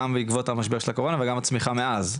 גם בעקבות המשבר של הקורונה, וגם הצמיחה מאז.